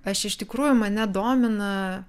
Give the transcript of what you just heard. aš iš tikrųjų mane domina